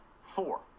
Four